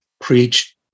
preach